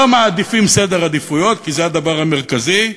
לא מעדיפים סדר עדיפויות, כי זה הדבר המרכזי,